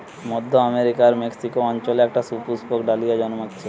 মধ্য আমেরিকার মেক্সিকো অঞ্চলে একটা সুপুষ্পক ডালিয়া জন্মাচ্ছে